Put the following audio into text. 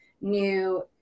new